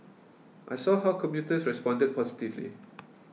I saw how commuters responded positively